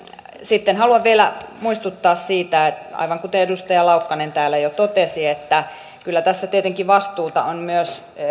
sitten haluan vielä muistuttaa siitä aivan kuten edustaja laukkanen täällä jo totesi että kyllä tässä tietenkin vastuuta on myös